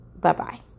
Bye-bye